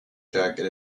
jacket